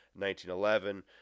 1911